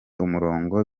umurongo